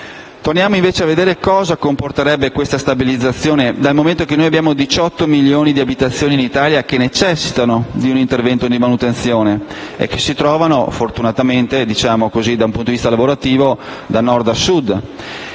torniamo invece a vedere cosa comporterebbe la stabilizzazione, dal momento che noi abbiamo 18 milioni di abitazioni in Italia che necessitano di un intervento di manutenzione e che si trovano, fortunatamente dal punto di vista lavorativo, da Nord a Sud.